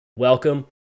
welcome